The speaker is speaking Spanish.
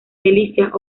delicias